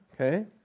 Okay